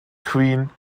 queen